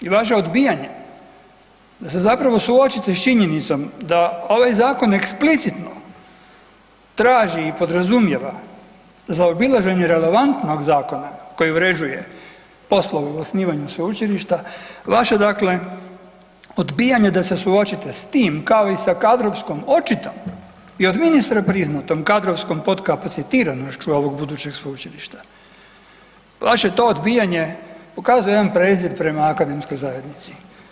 I vaše odbijanje da se zapravo suočite s činjenicom da ovaj zakon eksplicitno traži i podrazumijeva zaobilaženje relevantnog zakona koji uređuje posle o osnivanju sveučilišta, vaše dakle odbijanje da se suočite s tim kao i sa kadrovskom očito i od ministra priznatom kadrovskom potkapacitiranošću ovog budućeg sveučilišta vaše to odbijanje pokazuje jedan prezir prema akademskoj zajednici.